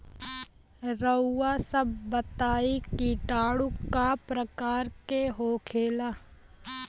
रउआ सभ बताई किटाणु क प्रकार के होखेला?